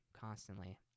constantly